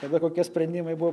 kada kokie sprendimai buvo